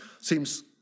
seems